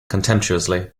contemptuously